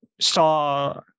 saw